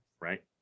Right